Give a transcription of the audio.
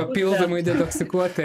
papildomai detoksikuoti